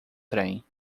trem